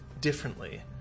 differently